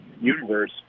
universe